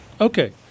Okay